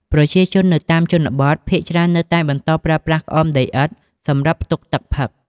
ប្រជាជននៅតាមជនបទភាគច្រើននៅតែបន្តប្រើប្រាស់ក្អមដីឥដ្ឋសម្រាប់ផ្ទុកទឹកផឹក។